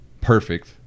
perfect